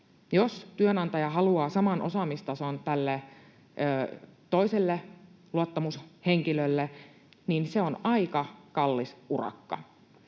Jos työnantaja haluaa saman osaamistason tälle toiselle luottamushenkilölle, niin se on aika kallis urakka.